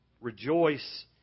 Rejoice